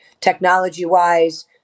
technology-wise